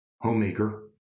homemaker